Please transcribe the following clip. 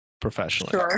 professionally